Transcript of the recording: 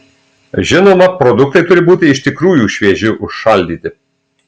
žinoma produktai turi būti iš tikrųjų švieži užšaldyti